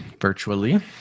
Virtually